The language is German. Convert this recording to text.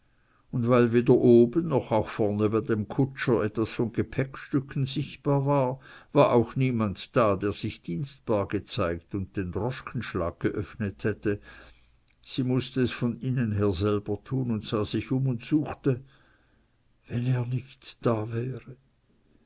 und weil weder oben noch auch vorne bei dem kutscher etwas von gepäckstücken sichtbar war war auch niemand da der sich dienstbar gezeigt und den droschkenschlag geöffnet hätte sie mußt es von innen her selber tun und sah sich um und suchte wenn er nicht da wäre